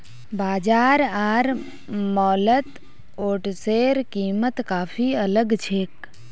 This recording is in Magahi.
बाजार आर मॉलत ओट्सेर कीमत काफी अलग छेक